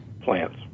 plants